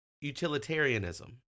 utilitarianism